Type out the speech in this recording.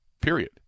period